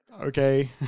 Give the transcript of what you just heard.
Okay